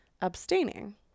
abstaining